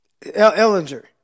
Ellinger